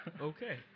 Okay